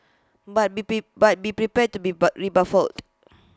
but be prey but be prepared to be rebuffed